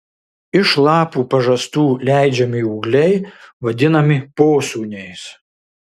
iš lapų pažastų leidžiami ūgliai vadinami posūniais